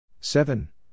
seven